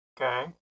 Okay